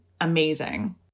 amazing